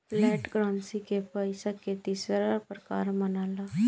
flat currency के पइसा के तीसरा प्रकार मनाला